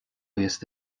buíochas